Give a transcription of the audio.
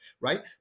Right